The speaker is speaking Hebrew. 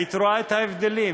היית רואה את ההבדלים,